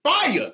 fire